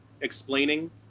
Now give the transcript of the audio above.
explaining